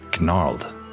gnarled